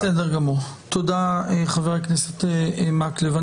תודה, חבר הכנסת מקלב.